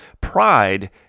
pride